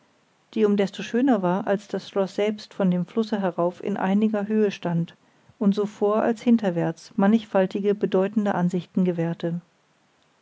die um desto schöner war als das schloß selbst von dem flusse herauf in einiger höhe stand und so vor als hinterwärts mannigfaltige bedeutende ansichten gewährte